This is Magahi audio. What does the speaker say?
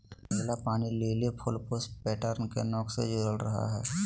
नीला पानी लिली फूल पुष्प पैटर्न के नोक से जुडल रहा हइ